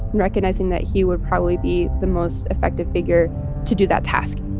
recognizing that he would probably be the most effective figure to do that task